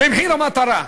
במחיר המטרה,